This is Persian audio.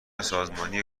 سازمانی